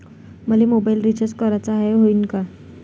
मले mobile recharge कराचा हाय, होईनं का?